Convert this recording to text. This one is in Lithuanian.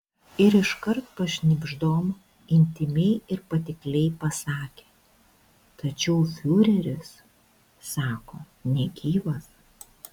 ir iškart pašnibždom intymiai ir patikliai pasakė tačiau fiureris sako negyvas